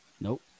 Nope